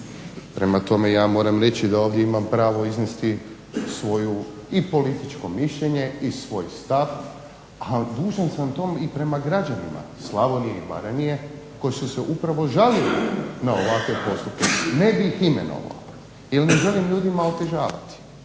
Prema tome, ja moram reći da ovdje imam pravo iznesti svoje i političko mišljenje i svoj stav, a dužan sam to i prema građanima Slavonije i Baranje koji su se upravo žalili na ovakve postupke. Ne bih imenovao jer ne želim ljudima otežavati.